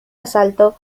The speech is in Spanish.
asalto